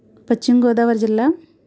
పశ్చిమ గోదావరి జిల్లా